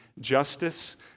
justice